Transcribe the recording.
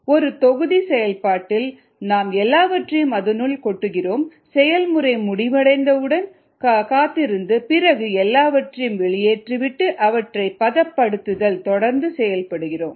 ஒரு தொகுதி செயல்பாட்டில் நாம் எல்லாவற்றையும் அதனுள் கொட்டுகிறோம் செயல்முறை முடிவடையும் வரை காத்திருந்து பிறகு எல்லாவற்றையும் வெளியேற்றிவிட்டு அவற்றை பதப்படுத்துதல் தொடர்ந்து செயல்படுகிறோம்